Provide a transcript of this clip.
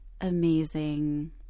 amazing